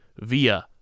via